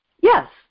Yes